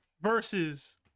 versus